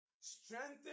strengthen